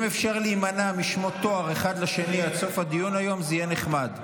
אם אפשר להימנע משמות תואר אחד לשני עד סוף הדיון היום זה יהיה נחמד.